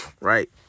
Right